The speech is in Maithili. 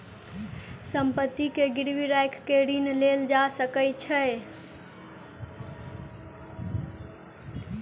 संपत्ति के गिरवी राइख के ऋण लेल जा सकै छै